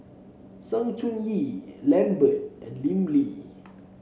Sng Choon Yee Lambert and Lim Lee